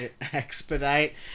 Expedite